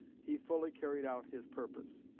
he fully carried out his purpose.